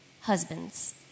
husbands